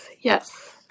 yes